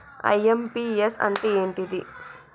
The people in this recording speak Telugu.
ఐ.ఎమ్.పి.యస్ అంటే ఏంటిది?